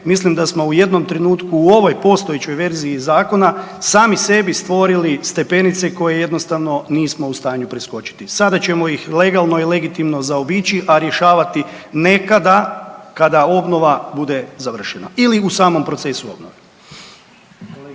mislim da smo u jednom trenutku u ovoj postojećoj verziji zakona sami sebi stvorili stepenice koje jednostavno nismo u stanju preskočiti. Sada ćemo ih legalno i legitimno zaobići, a rješavati nekada kada obnova bude završena ili u samom procesu obnove.